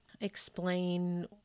explain